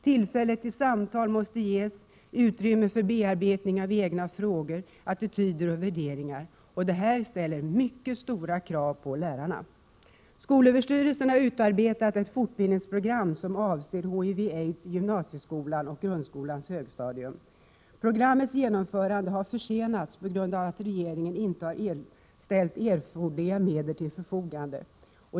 Tillfälle till samtal måste ges, liksom utrymme för bearbetning av egna frågor, attityder och värderingar. Detta ställer mycket stora krav på lärarna! Skolöverstyrelsen har utarbetat ett fortbildningsprogram avseende HIV och aids i gymnasieskolan och på grundskolans högstadium. Programmets genomförande har försenats på grund av att regeringen inte ställt erforderliga medel till förfogande.